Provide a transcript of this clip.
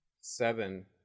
Seven